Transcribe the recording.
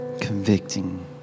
Convicting